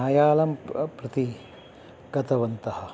न्यायालयं प्र प्रति गतवन्तः